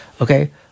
okay